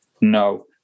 No